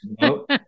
Nope